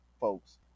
folks